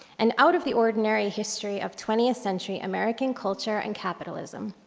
an out-of-the-ordinary history of twentieth century american culture and capitalism.